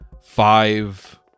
five